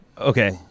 Okay